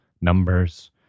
numbers